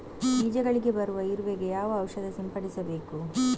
ಬೀಜಗಳಿಗೆ ಬರುವ ಇರುವೆ ಗೆ ಯಾವ ಔಷಧ ಸಿಂಪಡಿಸಬೇಕು?